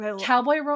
cowboy